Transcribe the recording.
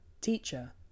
Teacher